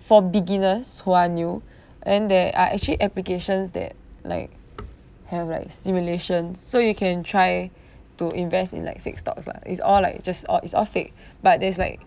for beginners who are new and there are actually applications that like have like stimulation so you can try to invest in like fixed stocks lah it's all like just all it's all fake but there's like